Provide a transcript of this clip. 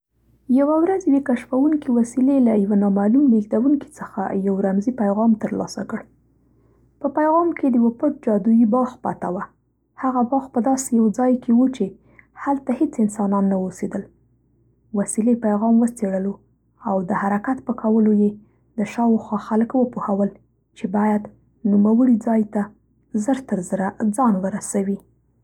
یوه ورځ یوې کشفوونکې وسیلې له یوه نامعلوم لېږدونکي څخه یو رمزي پیغام تر لاسه کړ. په پیغام کې د یوه پټ جادویي باغ پته وه. هغه باغ په داسې یوه ځای کې و چې هلته هېڅ انسانان نه اوسېدل. وسیلې پیغام وڅېړلو او د حرکت په کولو یې د شاوخوا خلک وپوهول چې باید نوموړي ځای ته زر تر زر ه ځان ورسوي.